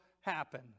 happen